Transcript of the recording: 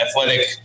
Athletic